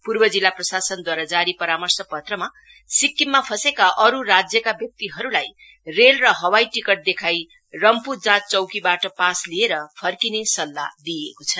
पूर्व जिल्ला प्रशासनद्वारा जारी परामर्श पत्रमा सिक्किममा फँसेका अरू राज्यका व्यक्तिहरूलाई रेल र हवाई टिकट देखाई रम्फ् जाँच चौकीबाट पास लिएर फर्किने सल्लाह दिइएको छ